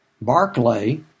Barclay